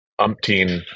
umpteen